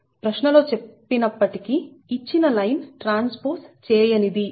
ప్రశ్నలో చెప్పినప్పటికీ ఇచ్చిన లైన్ ట్రాన్స్పోజ్ చేయనిది